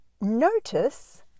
notice